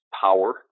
power